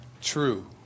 true